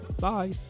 bye